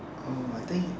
oh I think